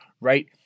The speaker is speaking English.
right